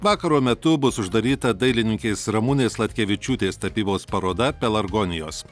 vakaro metu bus uždaryta dailininkės ramunės sladkevičiūtės tapybos paroda pelargonijos